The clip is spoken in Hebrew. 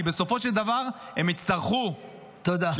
כי בסופו של דבר הם יצטרכו -- תודה.